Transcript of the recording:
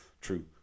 true